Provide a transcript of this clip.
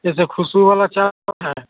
जैसे खुशबू वाला चावल है